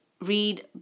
read